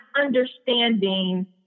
understanding